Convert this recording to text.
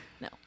no